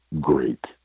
great